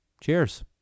Cheers